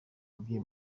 babyeyi